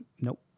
Nope